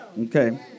Okay